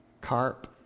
carp